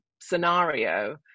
scenario